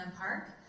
Park